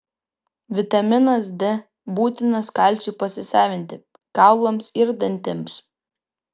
vitaminas d būtinas kalciui pasisavinti kaulams ir dantims